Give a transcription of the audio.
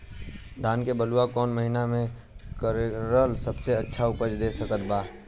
धान के बुआई कौन महीना मे करल सबसे अच्छा उपज दे सकत बा?